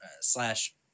slash